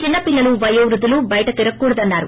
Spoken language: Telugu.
చిన్నపిల్లలు వయోవృద్దులు బయట తిరగకూడదన్నారు